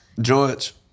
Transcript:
George